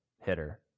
hitter